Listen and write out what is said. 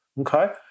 Okay